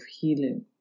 healing